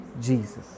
Jesus